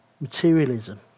materialism